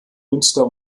münster